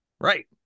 right